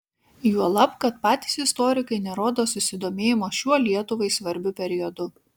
juolab kad patys istorikai nerodo susidomėjimo šiuo lietuvai svarbiu periodu